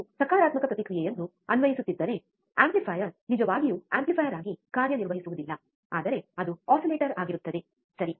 ನೀವು ಸಕಾರಾತ್ಮಕ ಪ್ರತಿಕ್ರಿಯೆಯನ್ನು ಅನ್ವಯಿಸುತ್ತಿದ್ದರೆ ಆಂಪ್ಲಿಫಯರ್ ನಿಜವಾಗಿಯೂ ಆಂಪ್ಲಿಫೈಯರ್ ಆಗಿ ಕಾರ್ಯನಿರ್ವಹಿಸುವುದಿಲ್ಲ ಆದರೆ ಅದು ಆಸಿಲೇಟರ್ ಆಗಿರುತ್ತದೆ ಸರಿ